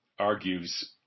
argues